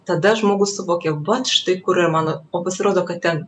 tada žmogus suvoki vat štai kur yra mano o pasirodo kad ten